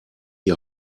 die